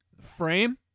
frame